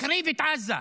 מחריב את עזה,